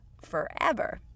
forever